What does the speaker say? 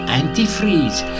antifreeze